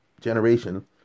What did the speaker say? generation